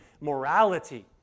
morality